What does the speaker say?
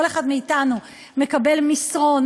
כל אחד מאתנו מקבל מסרון,